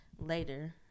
later